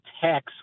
tax